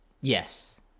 Yes